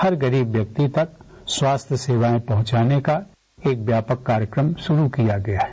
हर गरीब व्यक्ति तक स्वास्थ्य सेवाएं पहुंचाने का एक व्यापक कार्यक्रम शुरू किया गया है